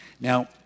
Now